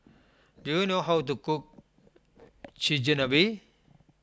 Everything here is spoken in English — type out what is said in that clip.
do you know how to cook Chigenabe